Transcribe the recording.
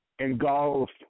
engulf